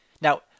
Now